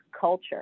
culture